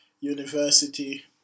university